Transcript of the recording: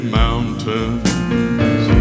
mountains